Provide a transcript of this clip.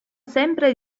sempre